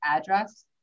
address